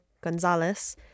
Gonzalez